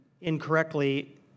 incorrectly